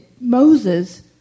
Moses